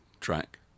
track